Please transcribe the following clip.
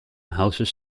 houses